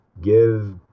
give